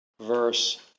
verse